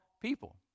people